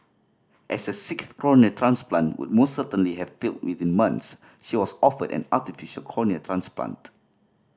as a sixth cornea transplant would most certainly have failed within months she was offered an artificial cornea transplant